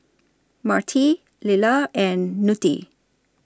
Marti Lilla and Knute